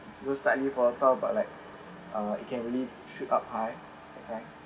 you know slightly volatile but like uh it can really shoot up high the bank